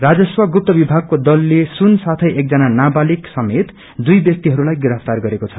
राजस्व गुप्त विभगको दलले सुन साथै एकजना नाबालिक समेत दुई व्यक्तिहस्लाई गिरफ्तार गरेको छ